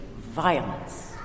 violence